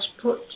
put